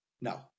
No